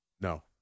No